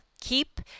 Keep